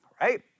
right